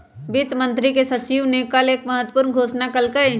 वित्त मंत्री के सचिव ने कल एक महत्वपूर्ण घोषणा कइलय